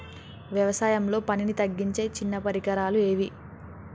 వ్యవసాయంలో పనిని తగ్గించే చిన్న పరికరాలు ఏవి?